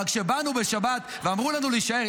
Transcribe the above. אבל כשבאנו בשבת ואמרו לנו להישאר,